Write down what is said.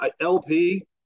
LP